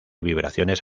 vibraciones